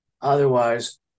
otherwise